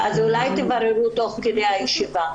בבקשה תבררי תוך כדי הישיבה.